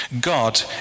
God